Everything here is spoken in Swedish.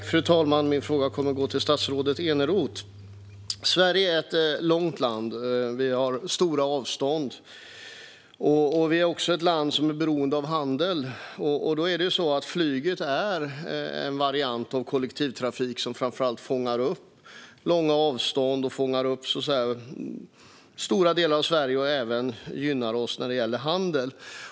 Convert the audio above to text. Fru talman! Min fråga går till statsrådet Eneroth. Sverige är ett långt land med stora avstånd. Det är också ett land som är beroende av handel. Därför är flyget en variant av kollektivtrafik som framför allt fångar upp långa avstånd och stora delar av Sverige. Det gynnar oss även i vår handel.